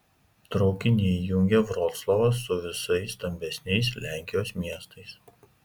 traukiniai jungia vroclavą su visais stambesniais lenkijos miestais